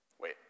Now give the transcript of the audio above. Wait